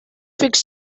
fix